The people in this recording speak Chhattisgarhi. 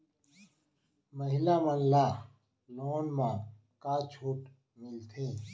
महिला मन ला लोन मा का छूट मिलथे?